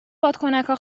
بادکنکا